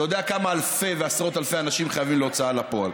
אתה יודע כמה אלפי ועשרות אלפי אנשים חייבים להוצאה לפועל.